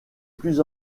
plus